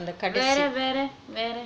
வேற வேற வேற:vera vera vera